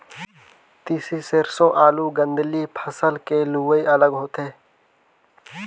तिसी, सेरसों, आलू, गोदंली फसल के लुवई अलग होथे